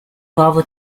nuovo